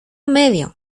medio